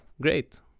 great